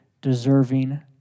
deserving